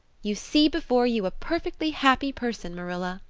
you see before you a perfectly happy person, marilla,